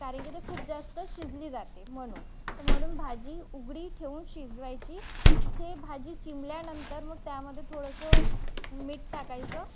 कारण की ते खूप जास्त शिजली जाते म्हणून तर म्हणून भाजी उघडी ठेऊन शिजवायची ते भाजी चिमल्यानंतर मग त्यामध्ये थोडंसं मीठ टाकायचं